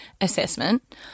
assessment